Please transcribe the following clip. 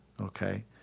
okay